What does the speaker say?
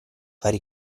fare